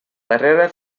darrera